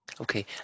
Okay